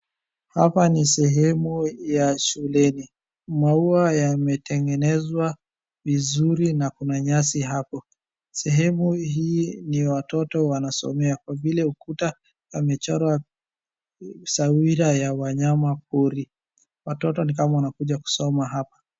Hapa ni sehemu ya shuleni. Maua yametengenezwa vizuri na kuna nyasi hapa. Sehemu hiini watoto wanasomea kwa vile ukuta pamechorwa sawira ya wanyama pori. watoto ni kama wanakuja kusoma hapa.